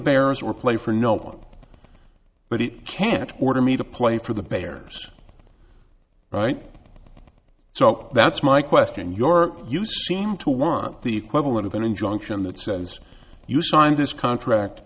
bears were play for no one but it can't order me to play for the bears right so that's my question your you seem to want the equivalent of an injunction that says you sign this contract